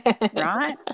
right